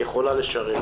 יכולה לשרת.